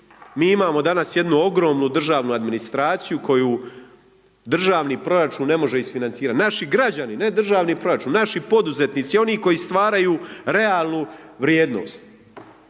mi imamo danas jednu ogromnu državnu administraciju koju državni proračun ne može isfinancirat, naši građani, ne državni proračun, naši poduzetnici oni koji stvaraju realnu vrijednost.